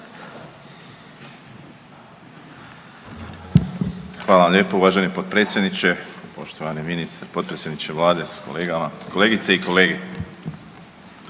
Hvala vam lijepo uvaženi potpredsjedniče, poštovani potpredsjedniče vlade s kolegama, kolegice